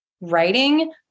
writing